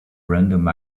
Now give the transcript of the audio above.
random